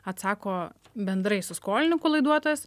atsako bendrai su skolininku laiduotojas